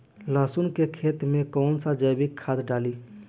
लहसुन के खेत कौन सा जैविक खाद डाली?